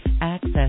Access